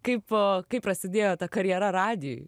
kaip kaip prasidėjo ta karjera radijuj